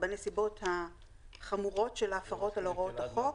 בנסיבות החמורות של ההפרות על הוראות החוק,